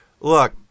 Look